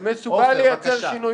עפר, בבקשה.